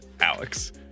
Alex